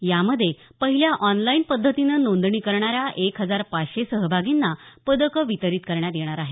यामध्ये पहिल्या ऑनलाईन पद्धतीनं नोंदणी करणाऱ्या एक हजार पाचशे सहभागींना पदकं वितरीत करण्यात येणार आहेत